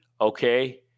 okay